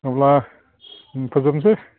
अब्ला फोजोबनोसै